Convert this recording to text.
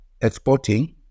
exporting